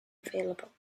available